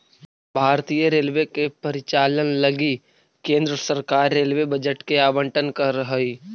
भारतीय रेलवे के परिचालन लगी केंद्र सरकार रेलवे बजट के आवंटन करऽ हई